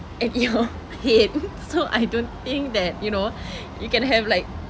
at your head so I don't think like you know you can have like